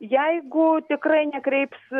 jeigu tikrai nekreips